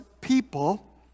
people